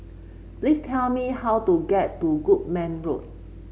please tell me how to get to Goodman Road